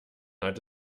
hat